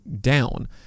down